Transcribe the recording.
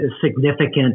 significant